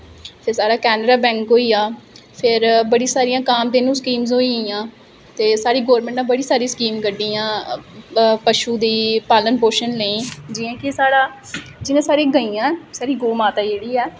फ्ही साढ़ा केनरा बैंक होइया फिर बड़ियां सारियां कामधेनू स्कीम्स होइयां ते साढ़ी गौरमेंट ने बड़ी सारी स्कीम कड्ढी दियां पशु दी पालन पोषन लेई जि'यां कि साढ़ा जि'यां साढ़ी गइयां साढ़ी गौऽ माता जेह्ड़ी ऐ